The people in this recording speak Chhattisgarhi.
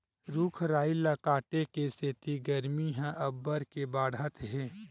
रूख राई ल काटे के सेती गरमी ह अब्बड़ के बाड़हत हे